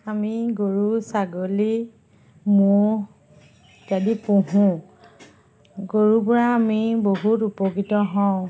আমি গৰু ছাগলী ম'হ ইত্যাদি পুহোঁ গৰুৰ পৰা আমি বহুত উপকৃত হওঁ